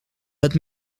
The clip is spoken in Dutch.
het